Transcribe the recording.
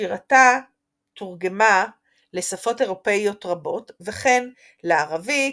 שירתה תורגמה לשפות אירופאיות רבות וכן לערבית,